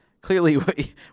clearly